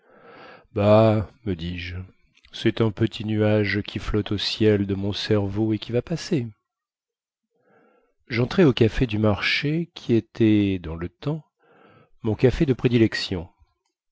bah me dis-je cest un petit nuage qui flotte au ciel de mon cerveau et qui va passer jentrai au café du marché qui était dans le temps mon café de prédilection